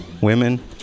women